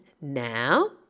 now